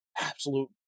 Absolute